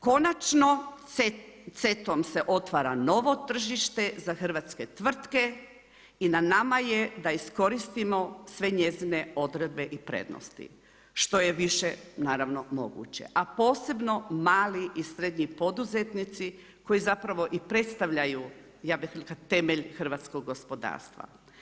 Konačno CETOM se otvara novo tržište za hrvatske tvrtke i na nama je da iskoristimo sve njezine odredbe i prednosti, što je više moguće, a posebno mali i srednji poduzetnici, koji zapravo i predstavljaju temelj hrvatskog gospodarstva.